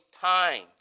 time